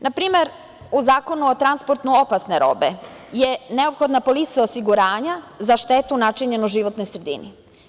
Na primer u Zakonu o transportu opasne robe je neophodna polisa osiguranja za štetu načinjenu životnoj sredini.